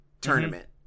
tournament